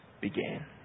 began